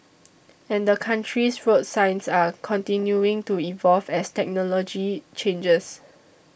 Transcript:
and the country's road signs are continuing to evolve as technology changes